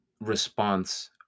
response